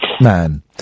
Man